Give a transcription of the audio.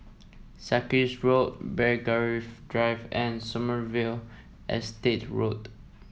Sarkies Road Belgravia Drive and Sommerville Estate Road